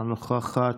אינה נוכחת,